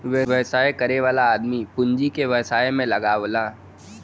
व्यवसाय करे वाला आदमी पूँजी के व्यवसाय में लगावला